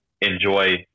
enjoy